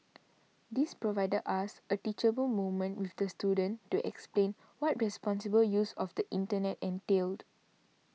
this provided us a teachable moment with the student to explain what responsible use of the Internet entailed